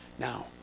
Now